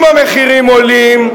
אם המחירים עולים,